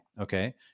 Okay